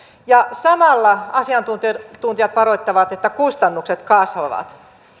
ja samalla asiantuntijat asiantuntijat varoittavat että kustannukset kasvavat